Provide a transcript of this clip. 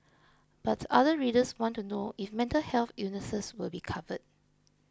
but other readers want to know if mental health illnesses will be covered